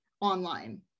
online